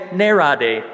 nerade